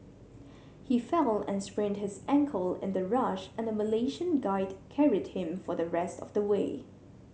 he fell and sprained his ankle in the rush and a Malaysian guide carried him for the rest of the way